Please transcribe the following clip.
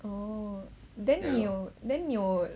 oh then 你有 then 你有